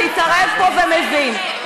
שהתערב פה ומבין.